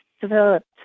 developed